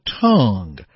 tongue